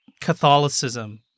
Catholicism